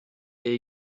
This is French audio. est